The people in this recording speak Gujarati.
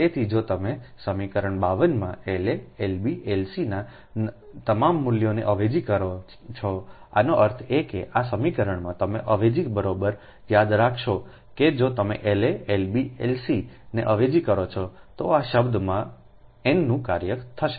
તેથી જો તમે સમીકરણ 52 માં La Lb Lc ના તમામ મૂલ્યોને અવેજી કરો છોઆનો અર્થ એ કે આ સમીકરણમાં તમે અવેજી બરોબર યાદ રાખશો કે જો તમે La Lb Lc ને અવેજી કરો છો તો આ શબ્દમાં n નું કાર્ય થશે